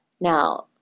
Now